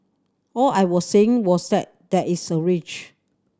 all I was saying was that there is a range